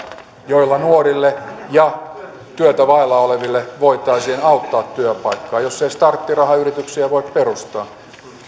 joilla nuorille ja työtä vailla oleville voitaisiin auttaa työpaikkaa jos ei starttirahayrityksiä voi perustaa